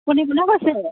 আপুনি কোনে কৈছে